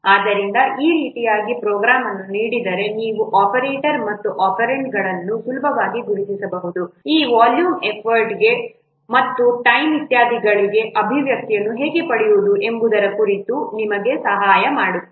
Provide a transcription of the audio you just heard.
ಆದ್ದರಿಂದ ಈ ರೀತಿಯಾಗಿ ಪ್ರೋಗ್ರಾಂ ಅನ್ನು ನೀಡಿದರೆ ನೀವು ಆಪರೇಟರ್ ಮತ್ತು ಒಪೆರಾಂಡ್ಗಳನ್ನು ಸುಲಭವಾಗಿ ಗುರುತಿಸಬಹುದು ಈ ವಾಲ್ಯೂಮ್ ಎಫರ್ಟ್ ಮತ್ತು ಟೈಮ್ ಇತ್ಯಾದಿಗಳಿಗೆ ಅಭಿವ್ಯಕ್ತಿಯನ್ನು ಹೇಗೆ ಪಡೆಯುವುದು ಎಂಬುದರ ಕುರಿತು ಇದು ನಿಮಗೆ ಸಹಾಯ ಮಾಡುತ್ತದೆ